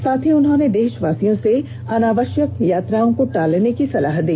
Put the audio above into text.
साथ ही उन्होंने देशवासियों से अनावश्यक यात्राओं को टालने की सलाह दी